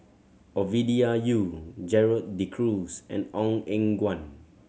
Ovidia Yu Gerald De Cruz and Ong Eng Guan